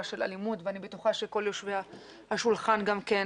של אלימות ואני בטוחה שכל יושבי השולחן גם כן.